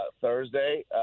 thursday